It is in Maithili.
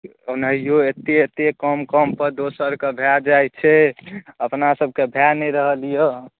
ओनाहियो एतेक एतेक कम कम पर दोसर कऽ भए जाइ छै अपना सबके भए नहि रहल यऽ